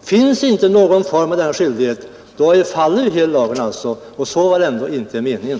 Finns inte någon sådan skyldighet, faller ju hela lagen, och så var väl ändå inte meningen.